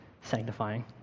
sanctifying